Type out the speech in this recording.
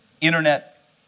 Internet